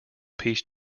peace